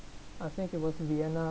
I think it was vienna